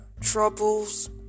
troubles